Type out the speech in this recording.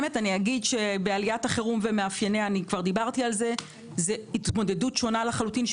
עליית החירום ומאפייניה היא התמודדות שונה לחלוטין,